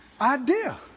idea